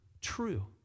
true